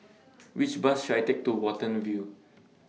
Which Bus should I Take to Watten View